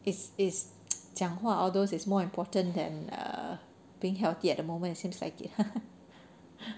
it's it's 讲话 outdoors is more important than being healthy at the moment it seems like it